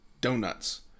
Donuts